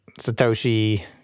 Satoshi